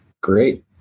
Great